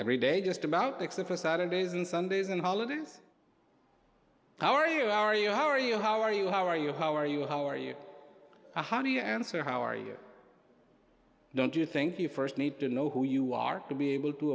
every day just about except for saturdays and sundays and holidays how are you are you how are you how are you how are you how are you how are you honey answer how are you don't you think you first need to know who you are to be able to